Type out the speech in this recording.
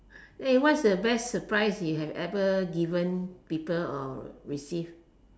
what the best surprise that you ever given people or received